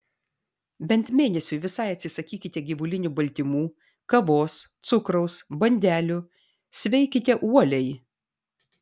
bent mėnesiui visai atsisakykite gyvulinių baltymų kavos cukraus bandelių sveikite uoliai